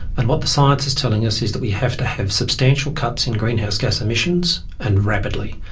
and what the science is telling us is that we have to have substantial cuts in greenhouse gas emissions, and rapidly.